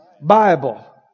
Bible